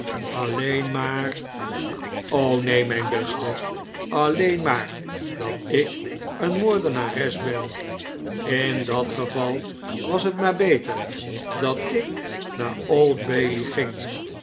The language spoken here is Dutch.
alleen maar o neen mijn beste alleen maar dat ik een moordenares ben in dat geval was het maar beter dat ik naar old bailey ging